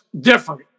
different